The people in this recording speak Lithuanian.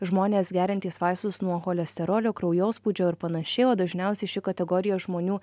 žmonės geriantys vaistus nuo cholesterolio kraujospūdžio ir panašiai o dažniausiai ši kategorija žmonių